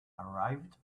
arrived